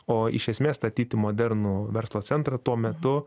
o iš esmės statyti modernų verslo centrą tuo metu